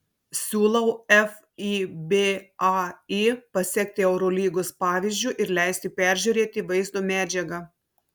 siūlau fibai pasekti eurolygos pavyzdžiu ir leisti peržiūrėti vaizdo medžiagą